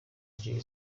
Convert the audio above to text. jay